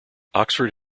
oxford